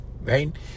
Right